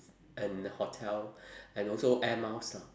and hotel and also air miles lah